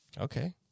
Okay